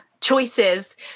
choices